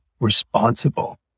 responsible